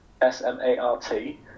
S-M-A-R-T